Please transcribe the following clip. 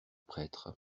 prêtre